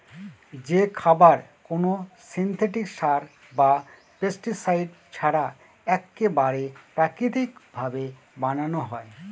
যে খাবার কোনো সিনথেটিক সার বা পেস্টিসাইড ছাড়া এক্কেবারে প্রাকৃতিক ভাবে বানানো হয়